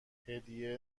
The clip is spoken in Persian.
هدیه